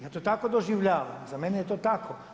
Ja to tako doživljavam, za mene je to tako.